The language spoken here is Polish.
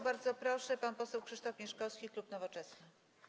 Bardzo proszę, pan poseł Krzysztof Mieszkowski, klub Nowoczesna.